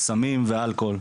סמים ואלכוהול.